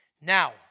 Now